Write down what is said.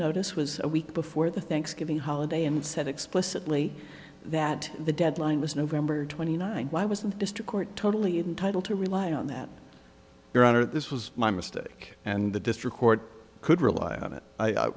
notice was a week before the thanksgiving holiday and said explicitly that the deadline was november twenty ninth why was the district court totally entitle to rely on that your honor this was my mistake and the district court could rely on it